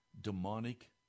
demonic